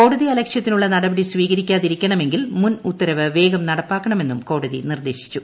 കോടതിയലക്ഷ്യത്തിനുള്ള നടപടി സ്വീകരിക്കാ തിരിക്കണമെങ്കിൽ മുൻ ഉത്തരവ് വേഗം നടപ്പാക്കണമെന്നും കോടതി നിർദ്ദേശിച്ചു